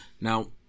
Now